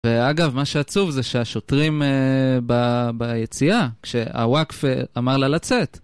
ואגב, מה שעצוב זה שהשוטרים ביציאה, כשהוואקף אמר לה לצאת.